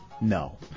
No